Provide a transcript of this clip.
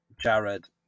jared